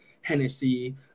Hennessy